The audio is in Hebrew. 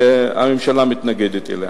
הממשלה מתנגדת לה.